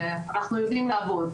שאנחנו יודעים לעבוד,